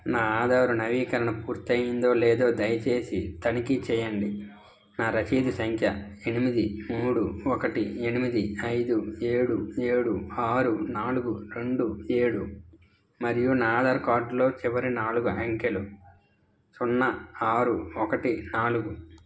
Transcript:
నా ఆధారు నవీకరణ పూర్తయిందో లేదో దయచేసి తనిఖీ చేయండి నా రసీదు సంఖ్య ఎనిమిది మూడు ఒకటి ఎనిమిది ఐదు ఏడు ఏడు ఆరు నాలుగు రెండు ఏడు మరియు నా ఆధార్ కార్డ్లో చివరి నాలుగు అంకెలు సున్నా ఆరు ఒకటి నాలుగు